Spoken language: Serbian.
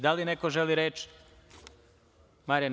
Da li neko želi reč?